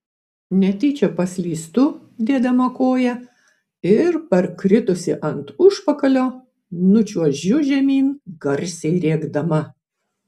netyčia paslystu dėdama koją ir parkritusi ant užpakalio nučiuožiu žemyn garsiai rėkdama